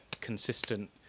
consistent